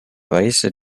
weise